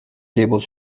table